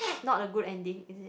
not a good ending is it